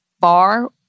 far